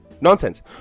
Nonsense